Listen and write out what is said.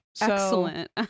excellent